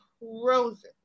roses